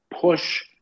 push